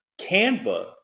Canva